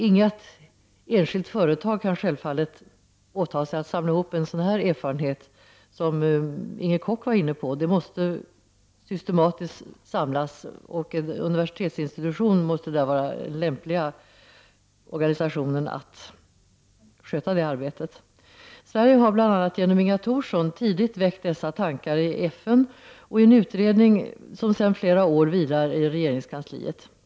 Inget enskilt företag kan självfallet åtaga sig att samla ihop en sådan erfarenhet, som Inger Koch var inne på. Det måste ske systematiskt, och en universitetsinstitution måste vara den lämpliga organisationen att utföra det arbetet. Sverige har bl.a. genom Inga Thorsson tidigt väckt dessa tankar i FN och i en utredning som sedan flera år vilar i regeringskansliet.